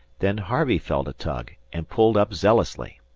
then harvey felt a tug, and pulled up zealously.